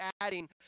adding